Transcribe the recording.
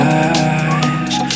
eyes